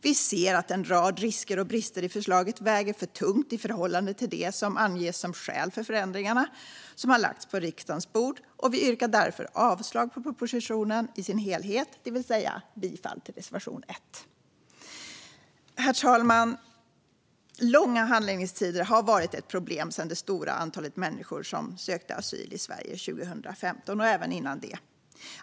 Vi anser att en rad risker och brister i förslaget väger för tungt i förhållande till det som anges som skäl för de förändringar som har lagts på riksdagens bord. Vi yrkar därför avslag på propositionen i dess helhet, det vill säga bifall till reservation l. Herr talman! Långa handläggningstider har varit ett problem sedan ett stort antal människor sökte asyl i Sverige 2015 och även före det.